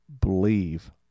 believe